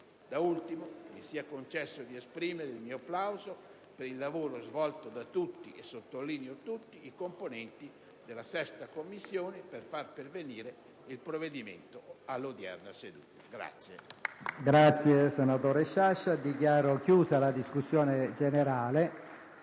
Da ultimo, mi sia concesso esprimere il mio plauso per il lavoro svolto da tutti, e sottolineo tutti, i componenti della 6a Commissione permanente per far pervenire il provvedimento all'odierna seduta.